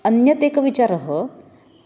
अन्यत् एकः विचारः